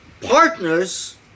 partners